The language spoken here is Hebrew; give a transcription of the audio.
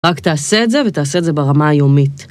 רק תעשה את זה ותעשה את זה ברמה היומית.